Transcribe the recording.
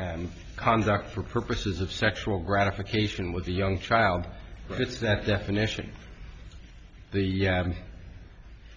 any conduct for purposes of sexual gratification with a young child is that definition the